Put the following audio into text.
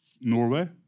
Norway